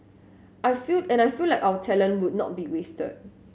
I feel and I feel like our talent would not be wasted